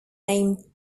named